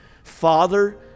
Father